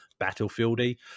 battlefieldy